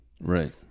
Right